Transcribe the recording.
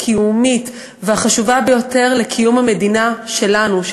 הקיומית והחשובה ביותר לקיומה של המדינה שלנו,